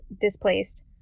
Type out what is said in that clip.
displaced